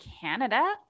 Canada